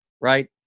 right